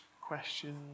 questions